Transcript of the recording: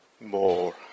more